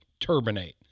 turbinate